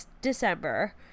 December